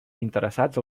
interessats